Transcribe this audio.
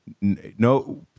no